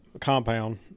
compound